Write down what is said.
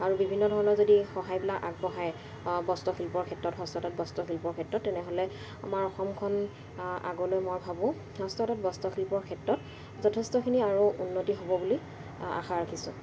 আৰু বিভিন্ন ধৰণৰ যদি সহায়বিলাক আগবঢ়ায় বস্ত্ৰশিল্পৰ ক্ষেত্ৰত হস্ততাঁত বস্ত্ৰশিল্পৰ ক্ষেত্ৰত তেনেহ'লে আমাৰ অসমখন আগলৈ মই ভাবোঁ হস্ততাঁত বস্ত্ৰশিল্পৰ ক্ষেত্ৰত যথেষ্টখিনি আৰু উন্নতি হ'ব বুলি আশা ৰাখিছোঁ